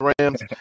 Rams